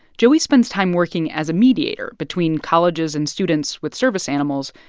joey spends time working as a mediator between colleges and students with service animals,